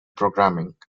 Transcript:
programming